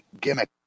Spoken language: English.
gimmick